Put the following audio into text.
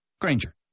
Granger